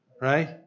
right